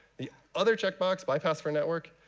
the other checkbox, bypass for network,